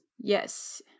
Yes